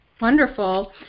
Wonderful